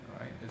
right